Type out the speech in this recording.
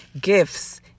gifts